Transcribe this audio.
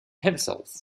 himself